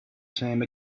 same